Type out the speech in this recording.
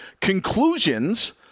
conclusions